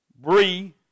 Bree